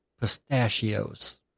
pistachios